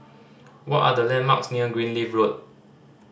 what are the landmarks near Greenleaf Road